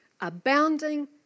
abounding